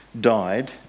died